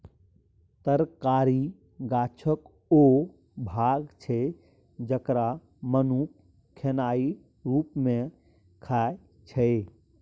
तरकारी गाछक ओ भाग छै जकरा मनुख खेनाइ रुप मे खाइ छै